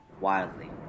wildly